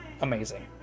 amazing